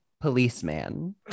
policeman